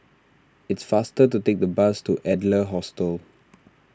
it's faster to take the bus to Adler Hostel